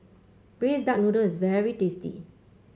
Braised Duck Noodle is very tasty